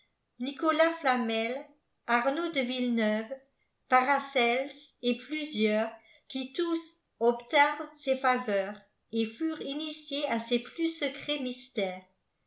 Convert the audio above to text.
nicolas flamel arnîud de villebéuve paracelse et plusieurs qui tous obtinrent ses faveurs et furent initiés à ses plus secrets mystères